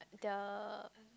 their